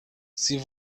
sie